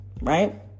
Right